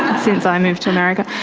since i moved to america.